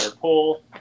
pull